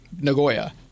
Nagoya